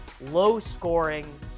low-scoring